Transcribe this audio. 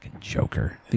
Joker